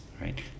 right